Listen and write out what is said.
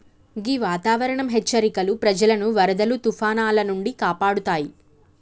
గీ వాతావరనం హెచ్చరికలు ప్రజలను వరదలు తుఫానాల నుండి కాపాడుతాయి